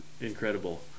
incredible